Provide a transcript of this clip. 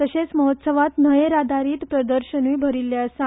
तसेच महोत्सवात न्हयेर आदारित प्रदर्शनूय भरिष्ठे आसा